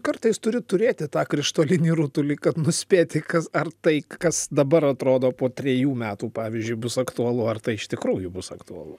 kartais turi turėti tą krištolinį rutulį kad nuspėti kas ar tai kas dabar atrodo po trejų metų pavyzdžiui bus aktualu ar tai iš tikrųjų bus aktualu